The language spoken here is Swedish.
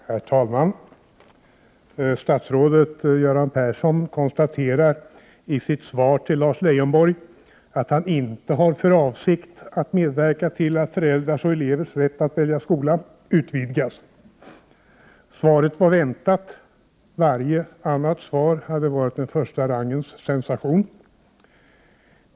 Herr talman! Statsrådet Göran Persson konstaterar i sitt svar till Lars Leijonborg att han inte har för avsikt att medverka till att föräldrars och elevers rätt att välja skola utvidgas. Svaret var väntat; varje annat svar hade varit en första rangens sensation.